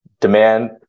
demand